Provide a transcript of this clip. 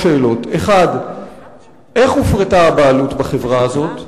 שאלות: 1. איך הופרטה הבעלות בחברה הזאת?